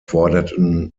forderten